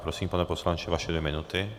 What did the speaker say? Prosím, pane poslanče, vaše dvě minuty.